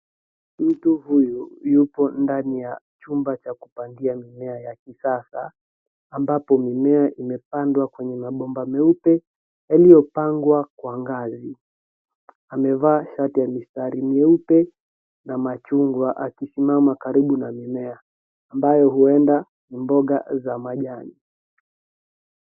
Mtu huyu yupo ndani ya chumba cha kupandia mimea ya kisasa ambapo mimea imepandwa kwenye mabomba meupe iliyopangwa kwa ngazi. Amevaa shati la mistari meupe akisimama karibu na mimea ambayo huenda ni mboga za majani.